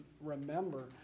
remember